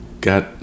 got